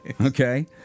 Okay